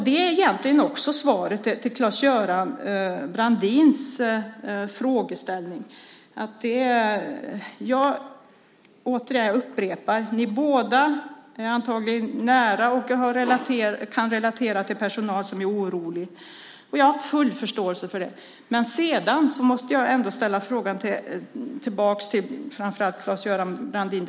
Det är egentligen också svaret på Claes-Göran Brandins fråga. Ni båda står antagligen nära och kan relatera till personal som är orolig. Jag har full förståelse för det. Men jag har ändå en kommentar till Claes-Göran Brandin.